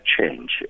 change